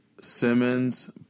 Simmons